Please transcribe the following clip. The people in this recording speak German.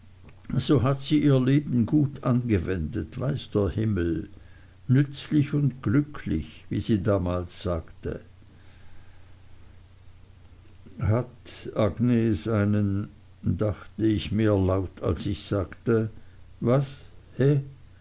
so hat sie ihr leben gut angewendet weiß der himmel nützlich und glücklich wie sie damals sagte hat agnes einen dachte ich mehr laut als ich sagte was he